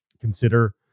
consider